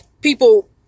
people